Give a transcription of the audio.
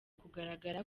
kugaragara